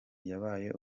yabaye